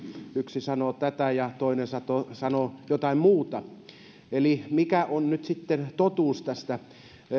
yksi sanoo tätä ja toinen sanoo jotain muuta eli mikä on nyt sitten totuus tästä